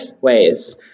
ways